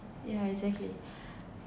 yeah exactly